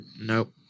Nope